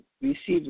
received